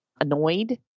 annoyed